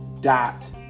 dot